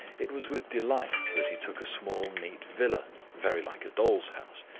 it was with delight that he took a small neat villa, very like a doll's house,